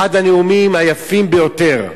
אחד הנאומים היפים ביותר,